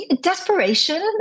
desperation